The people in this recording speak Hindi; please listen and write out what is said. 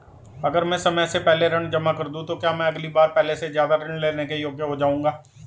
अगर मैं समय से पहले ऋण जमा कर दूं तो क्या मैं अगली बार पहले से ज़्यादा ऋण लेने के योग्य हो जाऊँगा?